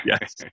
Yes